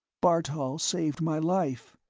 bartol saved my life.